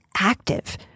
active